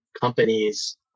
companies